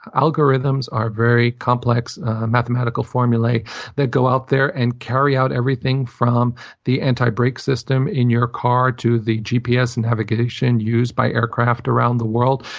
algorithms are very complex mathematical formulae that go out there and carry out everything from the anti-brake system in your car to the gps and navigation used by aircraft around the world,